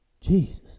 Jesus